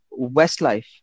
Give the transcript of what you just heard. Westlife